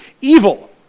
evil